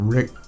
Rick